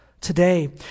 today